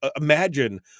imagine